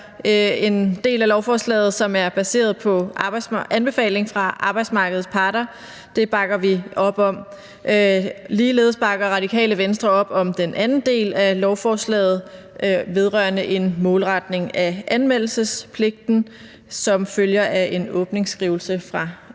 den del af lovforslaget er baseret på anbefaling fra arbejdsmarkedets parter. Det bakker vi op om. Ligeledes bakker Radikale Venstre op om den anden del af lovforslaget vedrørende en målretning af anmeldelsespligten, som følger af en åbningsskrivelse fra